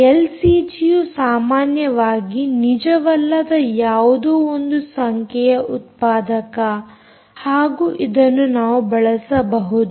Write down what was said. LCG ಸಾಮಾನ್ಯವಾಗಿ ನಿಜವಲ್ಲದ ಯಾವುದೋ ಒಂದು ಸಂಖ್ಯೆಯ ಉತ್ಪಾದಕ ಹಾಗೂ ಇದನ್ನು ನಾವು ಬಳಸಬಹುದು